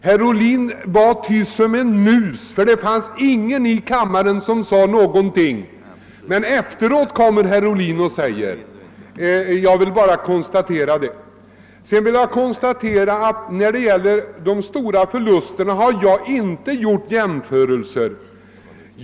Herr Ohlin var tyst som en mus, och det var heller ingen annan i kammaren som .sade någonting. Men efteråt kommer herr Ohlin med sin kritik. Jag vill bara konstatera detta. När det gäller de stora förlusterna har jag inte gjort några jämförelser.